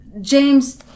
James